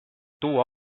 tuua